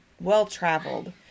well-traveled